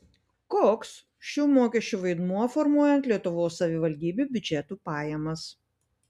koks šių mokesčių vaidmuo formuojant lietuvos savivaldybių biudžetų pajamas